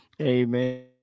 amen